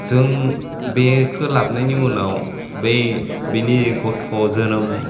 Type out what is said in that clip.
जों बेखौ लाबनायनि उनाव बे बिनि गथ' जोनोम